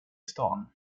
stan